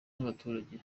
n’abaturage